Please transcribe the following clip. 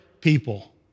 people